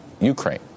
Ukraine